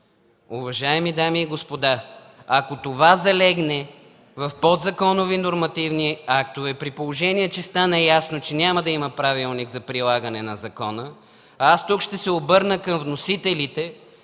Уважаеми дами и господа, ако това залегне в подзаконови нормативни актове, при положение че стана ясно, че няма да има правилник за прилагане на закона, аз ще се обърна към вносителите